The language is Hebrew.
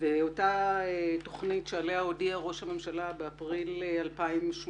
ואותה תוכנית עליה הודיע ראש הממשלה באפריל 2018,